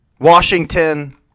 Washington